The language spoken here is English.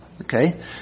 okay